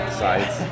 sides